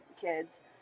kids